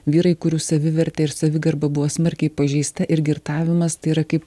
vyrai kurių savivertė ir savigarba buvo smarkiai pažeista ir girtavimas tai yra kaip